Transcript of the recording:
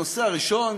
הנושא הראשון